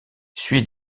suit